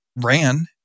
ran